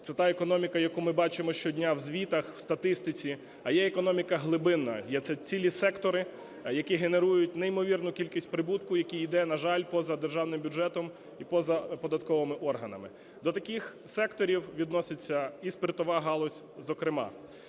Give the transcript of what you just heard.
це та економіка, яку ми бачимо щодня в звітах, в статистиці, а є економіка глибинна – це цілі сектори, які генерують неймовірну кількість прибутку, який іде, на жаль, поза державним бюджетом і поза податковими органами. До таких секторів відноситься і спиртова галузь зокрема.